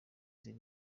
ziri